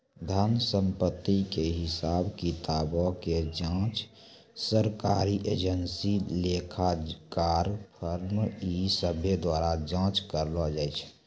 धन संपत्ति के हिसाब किताबो के जांच सरकारी एजेंसी, लेखाकार, फर्म इ सभ्भे द्वारा जांच करलो जाय छै